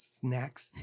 snacks